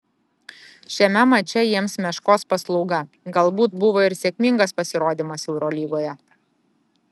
šiame mače jiems meškos paslauga galbūt buvo ir sėkmingas pasirodymas eurolygoje